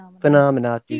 Phenomena